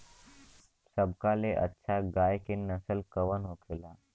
सबका ले अच्छा गाय के नस्ल कवन होखेला?